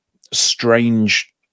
strange